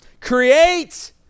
Create